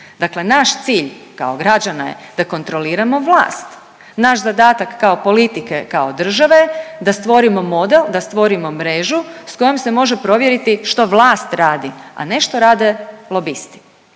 Dakle naš cilj kao građana je da kontroliramo vlast, naš zadatak kao politike kao države da stvorimo model, da stvorimo mrežu s kojom se može provjeriti što vlast radi, a ne što rade lobisti